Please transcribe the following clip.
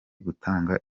gutanga